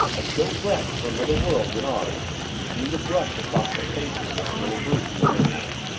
a chill breath from another world than ours seemed to brush across the faces of the little group in the living-room.